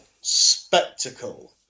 spectacle